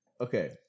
okay